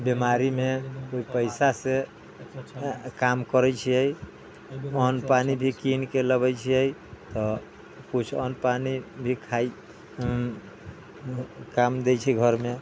बेमारी मे ओहि पइसा से काम करै छियै अन्न पानि भी कीन के लबै छियै तऽ किछु अन्न पानि भी खाइ काम दै छै घर मे